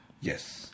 Yes